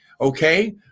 okay